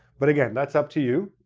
but again, that's up to you.